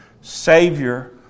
Savior